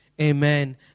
Amen